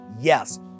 Yes